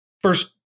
first